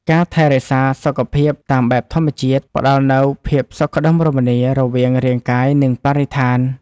ការថែរក្សាសុខភាពតាមបែបធម្មជាតិ ផ្តល់នូវភាពសុខដុមរមនារវាងរាងកាយ និងបរិស្ថាន។